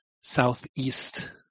southeast